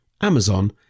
Amazon